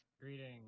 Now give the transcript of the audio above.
Greetings